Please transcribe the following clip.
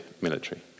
military